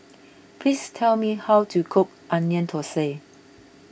please tell me how to cook Onion Thosai